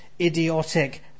idiotic